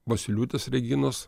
vosyliūtės reginos